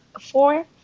four